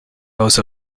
most